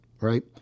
right